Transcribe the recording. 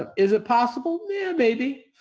um is it possible? yeah, maybe.